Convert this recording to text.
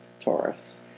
Taurus